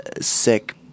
sick